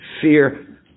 Fear